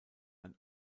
ein